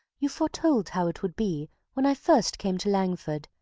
you foretold how it would be when i first came to langford,